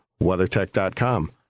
WeatherTech.com